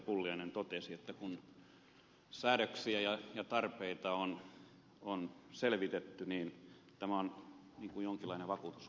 pulliainen totesi että kun säädöksiä ja tarpeita on selvitetty niin tämä on niin kuin jonkinlainen vakuutusmaksu